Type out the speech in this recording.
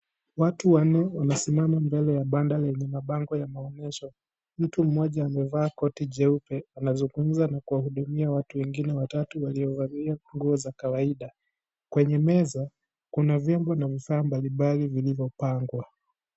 Watu wanne, wamesimama mbele ya banda lenye mabango ya maonyesho. Mtu mmoja amevaa koti jeupe, anazungumza na kuwahudumia watu wengine watatu waliovalia, nguo za kawaida. Kwenye meza, kuna vyombo na vifaa mbalimbali vilivyopangwa.